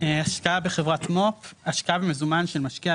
"השקעה בחברת מו"פ השקעה במזומן של משקיע,